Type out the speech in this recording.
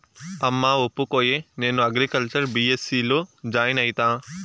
అమ్మా ఒప్పుకోయే, నేను అగ్రికల్చర్ బీ.ఎస్.సీ లో జాయిన్ అయితా